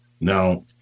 Now